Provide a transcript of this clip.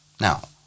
Now